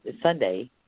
Sunday